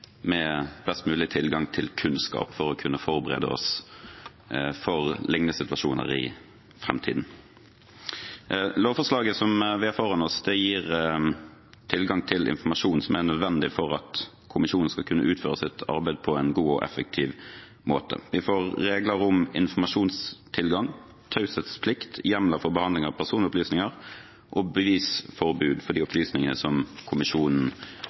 med best mulig tilgang til kunnskap for å kunne forberede oss på lignende situasjoner i framtiden. Lovforslaget som vi har foran oss, gir tilgang til informasjon som er nødvendig for at kommisjonen skal kunne utføre sitt arbeid på en god og effektiv måte. Vi får regler om informasjonstilgang, taushetsplikt, hjemler for behandling av personopplysninger og bevisforbud for de opplysningene som kommisjonen